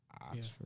Oxford